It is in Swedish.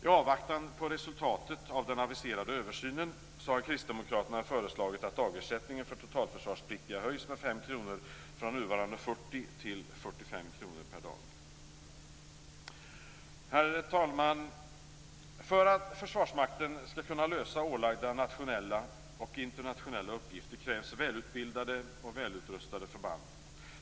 I avvaktan på resultatet av den aviserade översynen har Kristdemokraterna föreslagit att dagersättningen för totalförsvarspliktiga höjs med 5 kr från nuvarande 40 kr till 45 kr per dag. Herr talman! För att Försvarsmakten skall kunna lösa ålagda nationella och internationella uppgifter krävs välutbildade och välutrustade förband.